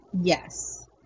Yes